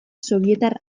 sobietar